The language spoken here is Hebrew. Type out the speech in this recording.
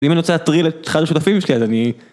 אם אני רוצה להטריל את אחד השותפים שלי אז אני...